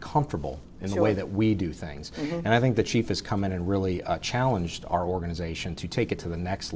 comfortable in the way that we do things and i think the chief has come in and really challenge to our organization to take it to the next